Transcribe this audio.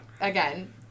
again